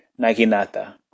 Naginata